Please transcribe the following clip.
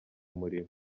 murimo